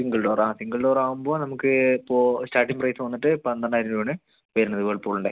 single ഡോറാണോ single ഡോറാവുമ്പോൾ നമുക്ക് ഇപ്പോൾ സ്റ്റാർട്ടിങ്ങ് പ്രൈസ് വന്നിട്ട് പന്ത്രണ്ടായിരം രൂപയാണ് വരുന്നത് വേൾപൂളിൻ്റെ